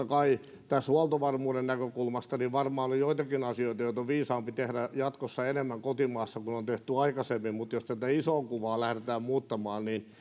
kai tästä huoltovarmuuden näkökulmasta varmaan on joitakin asioita joita on viisaampi tehdä jatkossa enemmän kotimaassa kuin on tehty aikaisemmin mutta jos tätä isoa kuvaa lähdetään muuttamaan niin